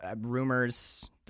rumors